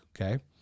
okay